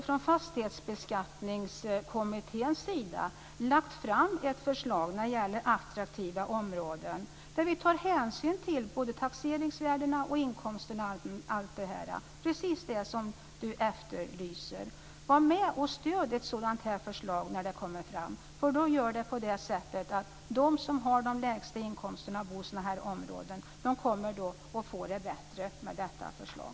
Från Fastighetsbeskattningskommitténs sida har vi lagt fram ett förslag när det gäller attraktiva områden. Vi tar där hänsyn till taxeringsvärden, inkomster etc. - alltså precis det som Desirée Pethrus Engström efterlyser. Var alltså med och stöd ett sådant här förslag när det kommer! De som har de lägsta inkomsterna och som bor i nämnda områden kommer att få det bättre i och med detta förslag.